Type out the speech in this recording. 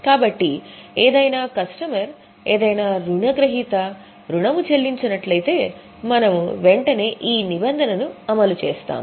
కాబట్టి ఏదైనా కస్టమర్ ఏదైనా రుణగ్రహీత రుణము చెల్లించనట్లయితే మేము వెంటనే ఈ నిబంధనను అమలు చేస్తాము